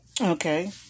Okay